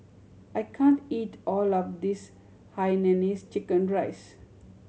I can't eat all of this Hainanese chicken rice